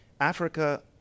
Africa